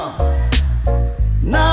Now